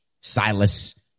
Silas